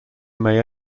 may